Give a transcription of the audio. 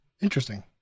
interesting